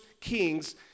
Kings